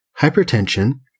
hypertension